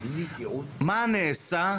מה נעשה,